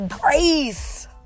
grace